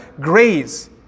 graze